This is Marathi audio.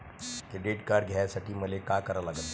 क्रेडिट कार्ड घ्यासाठी मले का करा लागन?